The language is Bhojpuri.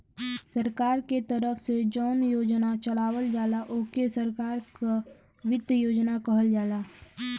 सरकार के तरफ से जौन योजना चलावल जाला ओके सरकार क वित्त योजना कहल जाला